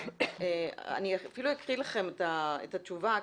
--- אני אפילו אקריא לכם את התשובה.